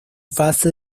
fase